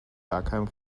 bergheim